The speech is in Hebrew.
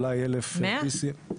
אולי BCM1,000. 100?